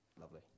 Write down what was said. Lovely